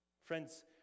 Friends